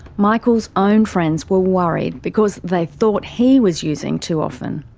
michael's own friends were worried because they thought he was using too often.